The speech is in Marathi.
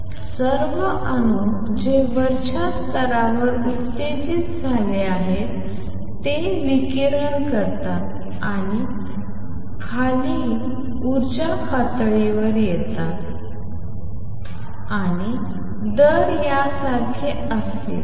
तर सर्व अणू जे वरच्या स्तरावर उत्तेजित झाले आहेत ते विकिरण करतात आणि खाली उर्जा पातळीवर येतात आणि दर यासारखे असतील